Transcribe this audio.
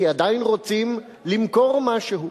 כי עדיין רוצים למכור משהו.